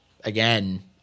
again